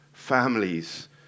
families